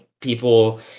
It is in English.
people